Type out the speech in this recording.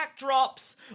backdrops